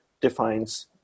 defines